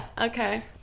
okay